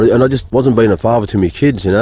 ah and i just wasn't being a father to my kids, you know?